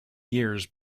years